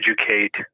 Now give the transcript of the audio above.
educate